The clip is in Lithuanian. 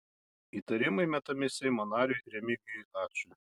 įtarimai metami seimo nariui remigijui ačui